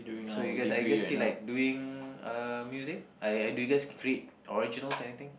so you guys are you guys still like doing uh music are do you do you guys create originals or anything